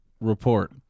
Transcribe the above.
Report